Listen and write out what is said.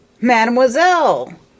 Mademoiselle